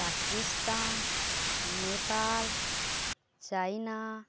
Pakistan Nepal China